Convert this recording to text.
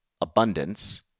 abundance